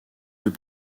yeux